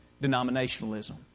denominationalism